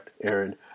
Aaron